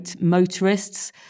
motorists